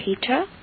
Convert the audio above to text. Peter